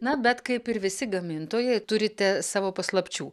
na bet kaip ir visi gamintojai turite savo paslapčių